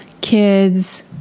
kids